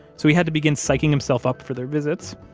so he had to begin psyching himself up for their visits,